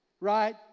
right